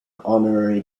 honorary